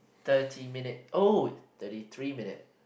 thirty minute oh thirty three minute